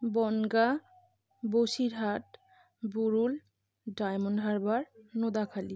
Bongaon Basirhat Burul Diamond Harbour Nodakhali